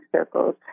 circles